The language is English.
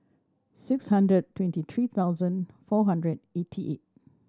six hundred twenty three thousand four hundred eighty eight